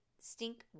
Stink